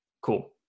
Cool